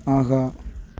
ஆஹா